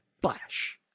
flash